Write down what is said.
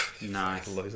nice